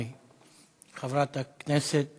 חברת הכנסת